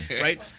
right